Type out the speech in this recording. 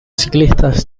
ciclistas